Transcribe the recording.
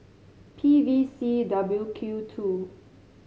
P V C W Q two